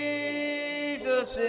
Jesus